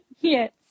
Yes